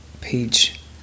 page